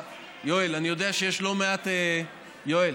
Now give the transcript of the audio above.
יואל, אני יודע שיש לא מעט, יואל,